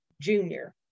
Junior